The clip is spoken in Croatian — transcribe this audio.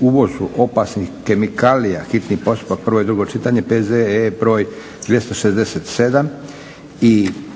uvozu opasnih kemikalija, hitni postupak, prvo i drugo čitanje, P.Z.E. br. 267, -